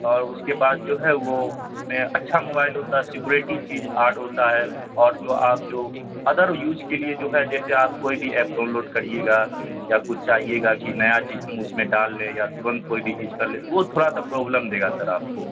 اور اس کے بعد جو ہے وہ اس میں اچھا موبائل ہوتا ہے سیکریٹی چیز ہارڈ ہوتا ہے اور جو آپ جو ادر یوج کے لیے جو ہے جیسے آپ کوئی بھی ایپ ڈاؤن لوڈ کریے گا یا کچھ چاہیے گا کہ نیا چیز ہم اس میں ڈال لیں یا ترنت کوئی بھی چیز کر لیں تو وہ تھوڑا سا پرابلم دے گا سر آپ کو